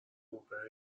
موقع